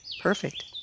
perfect